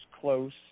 close